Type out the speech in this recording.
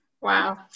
wow